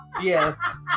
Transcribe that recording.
Yes